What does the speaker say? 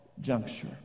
juncture